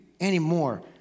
anymore